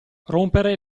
rompere